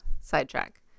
Sidetrack